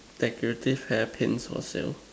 decorative hair Pins for sale